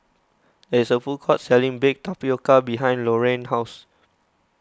there's a food court selling Baked Tapioca behind Lorrayne's house